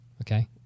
Okay